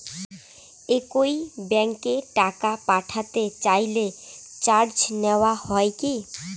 একই ব্যাংকে টাকা পাঠাতে চাইলে চার্জ নেওয়া হয় কি?